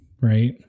right